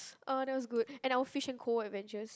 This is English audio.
uh that was good and our Fish and Co adventures